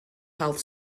health